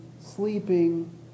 sleeping